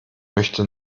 möchte